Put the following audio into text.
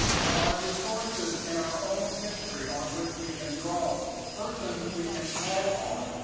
there are resources in our own history on which we can draw persons we can call on,